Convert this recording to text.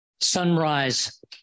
sunrise